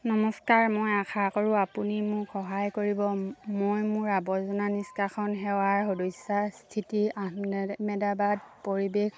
নমস্কাৰ মই আশা কৰোঁ আপুনি মোক সহায় কৰিব মই মোৰ আৱৰ্জনা নিষ্কাশন সেৱাৰ সদস্য়া স্থিতি আহমেদাবাদ পৰিৱেশ